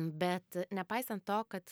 bet nepaisant to kad